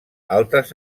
altres